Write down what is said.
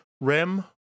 Rem